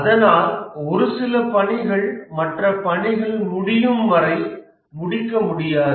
அதனால் ஒருசில பணிகள் மற்ற பணிகள் முடியும் வரை முடிக்க முடியாது